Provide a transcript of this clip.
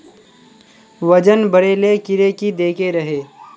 वजन बढे ले कीड़े की देके रहे?